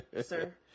sir